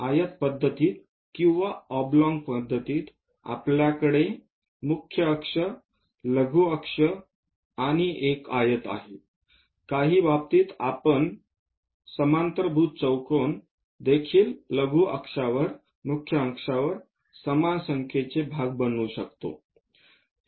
आयत पद्धतीत किंवा ऑबलॉंग पद्धतीत आपल्याकडे मुख्य अक्ष लघु अक्ष एक आयत आहे काही बाबतीत आपण पॅरलॅलोग्राम देखील लघु अक्षांवर मुख्य अक्षांवर समान संख्येचे भाग बनवू शकतो